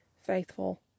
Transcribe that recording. Faithful